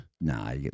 nah